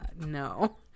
no